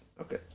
Okay